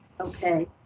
okay